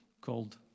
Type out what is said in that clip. called